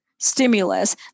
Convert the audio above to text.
stimulus